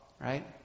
right